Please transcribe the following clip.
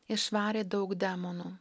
išvarė daug demonų